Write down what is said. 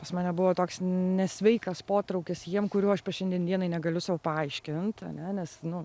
pas mane buvo toks nesveikas potraukis jiem kurio aš šiandien dienai negaliu sau paaiškinti ane nes nu